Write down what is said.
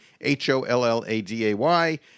h-o-l-l-a-d-a-y